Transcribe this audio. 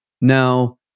Now